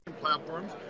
platforms